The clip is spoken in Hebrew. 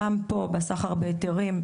גם פה בסחר בהיתרים,